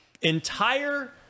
Entire